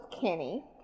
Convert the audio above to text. Kenny